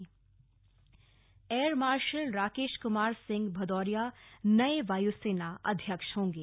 वायुसेना अध्यक्ष air marshal Rakesh Kumar Singh Bhadauria नये वायुसेना अध्यक्ष होंगे